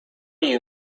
you